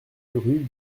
rue